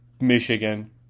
Michigan